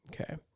Okay